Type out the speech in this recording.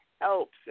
helps